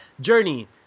Journey